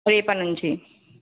రేపటి నుంచి